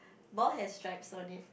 ball has stripes on it